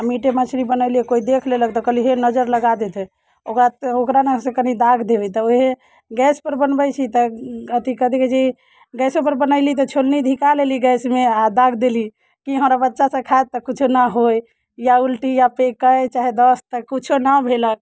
आओर मीटे मछली बनैली कोइ देख लेलक तऽ कहली हे नजरि लगा देतै ओकरा ओकरा ने से कनि दागि देबै तऽ ओहे गैसपर बनबै छी तऽ अथि कथि कहै छी गैसोपर बनैली तऽ छोलनी धिपा लेली गैसमे आओर दागि देली कि हमरा बच्चा सभ खायत तऽ कुछो नहि होइ या उल्टी या पैकै चाहे दस्त तऽ कुछो नहि भेलक